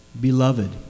Beloved